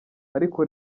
ariko